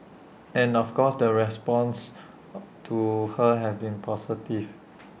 and of course the responses to her have been positive